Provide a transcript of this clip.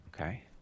Okay